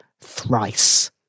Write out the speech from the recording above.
thrice